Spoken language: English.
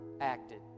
acted